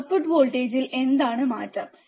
output വോൾട്ടേജിൽ എന്താണ് മാറ്റം